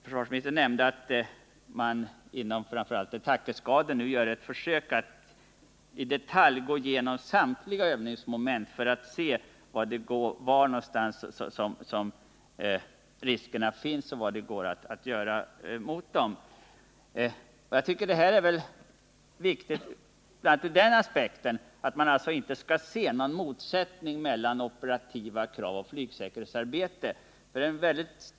Försvarsministern nämnde att man inom framför allt attackeskadern nu gör ett försök att i detalj gå igenom samtliga övningsmoment för att se var någonstans riskerna finns och vad man kan göra för att minska dem. Detta är viktigt bl.a. ur den aspekten att man inte bör se någon motsättning mellan operativa krav och flygsäkerhetsarbete.